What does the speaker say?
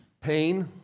pain